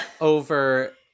over